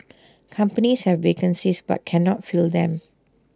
companies have vacancies but cannot fill them